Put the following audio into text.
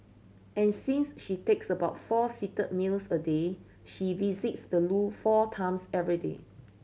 and since she takes about four seated meals a day she visits the loo four times every day